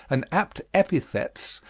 and apt epithets,